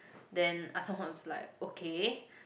then Ah-Chong was like okay